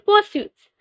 pursuits